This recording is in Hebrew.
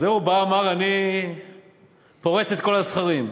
הוא בא ואמר: אני פורץ את כל הסכרים.